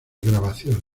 grabaciones